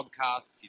podcast